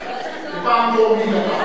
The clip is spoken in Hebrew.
פעם טרומית הפעם.